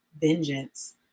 vengeance